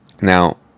now